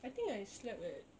I think I slept at